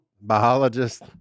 biologist